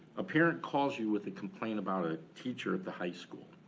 a parent calls you with a complaint about a teacher at the high school.